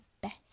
best